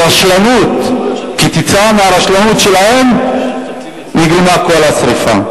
וכתוצאה מהרשלנות שלהם נגרמה כל השרפה.